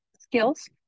skills